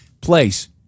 place